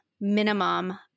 minimum